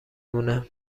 مونه